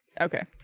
Okay